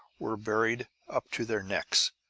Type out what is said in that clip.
were buried up to their necks.